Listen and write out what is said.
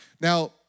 Now